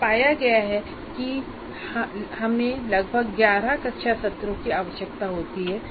यह पाया गया कि हमें लगभग 11 कक्षा सत्रों की आवश्यकता होगी